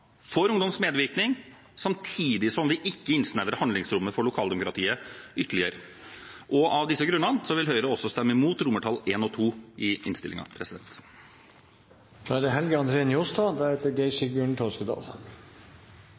for ungdoms medvirkning, samtidig som vi ikke innsnevrer handlingsrommet for lokaldemokratiet ytterligere. Av disse grunnene vil Høyre stemme imot I og II i innstillingen. La meg fyrst seia det